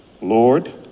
Lord